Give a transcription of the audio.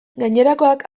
gainerakoak